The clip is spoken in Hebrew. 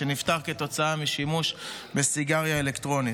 שנפטר כתוצאה משימוש בסיגריה אלקטרונית.